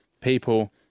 people